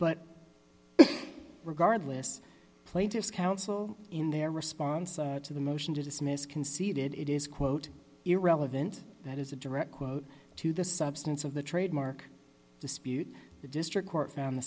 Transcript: but regardless plaintiff's counsel in their response to the motion to dismiss conceded it is quote irrelevant that is a direct quote to the substance of the trademark dispute the district court found the